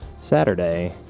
Saturday